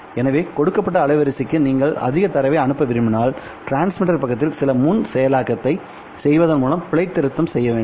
எனவே கொடுக்கப்பட்ட அலைவரிசைக்கு நீங்கள் அதிக தரவை அனுப்ப விரும்பினால் டிரான்ஸ்மிட்டர் பக்கத்தில் சில முன் செயலாக்கத்தை செய்வதன் மூலம் பிழை திருத்தம் செய்ய வேண்டும்